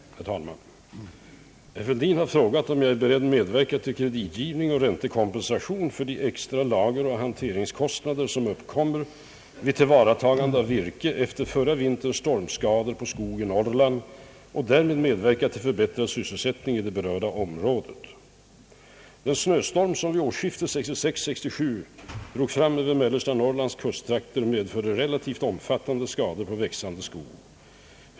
Herr talman! Herr Fälldin har frågat om jag är beredd medverka till kreditgivning och räntekompensation för de extra lageroch hanteringskostnader som uppkommer vid tillvaratagande av virke efter förra vinterns stormskador på skog i Norrland och därmed medverka till förbättrad sysselsättning i det berörda området. Den snöstorm, som vid årsskiftet 1966—1967 drog fram över mellersta Norrlands kusttrakter, medförde relativt omfattande skador på växande skog.